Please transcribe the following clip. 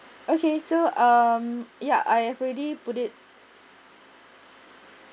okay so um ya I have already put it